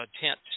tent